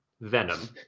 Venom